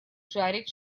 жарить